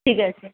ঠিক আছে